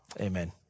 amen